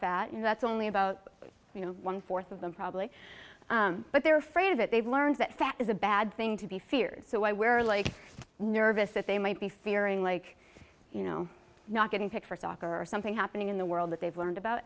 fat and that's only about one fourth of them probably but they're afraid that they've learned that fat is a bad thing to be feared so i wear like nervous that they might be fearing like you know not getting picked for soccer or something happening in the world that they've learned about